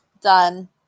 Done